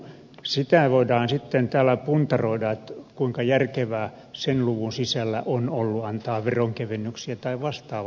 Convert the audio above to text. sitä voidaan sitten täällä puntaroida kuinka järkevää sen luvun sisällä on ollut antaa veronkevennyksiä tai vastaavaa